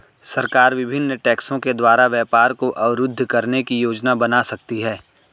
सरकार विभिन्न टैक्सों के द्वारा व्यापार को अवरुद्ध करने की योजना बना सकती है